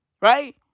Right